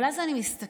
אבל אז אני מסתכלת